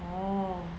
oh